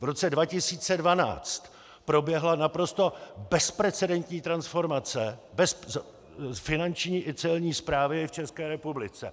V roce 2012 proběhla naprosto bezprecedentní transformace finanční i celní správy v České republice.